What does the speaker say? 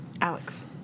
Alex